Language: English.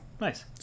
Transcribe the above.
Nice